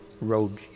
road